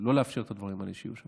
לא לאפשר שהדברים האלה יהיו שם.